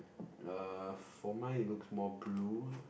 uh for mine it looks more blue